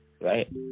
right